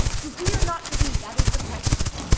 to be or not to be, that is the question.